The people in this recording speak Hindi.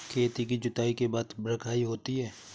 खेती की जुताई के बाद बख्राई होती हैं?